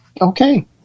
Okay